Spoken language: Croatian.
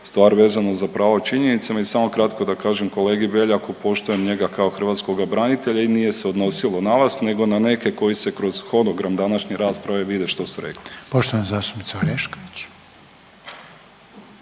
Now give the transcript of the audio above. stvar vezano za pravo činjenicama. I samo kratko da kažem kolegi Beljaku, poštujem njega kao hrvatskoga branitelja nije se odnosilo na vas nego na neke koji se kroz hodogram današnje rasprave vide što su rekli. **Reiner, Željko